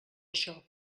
això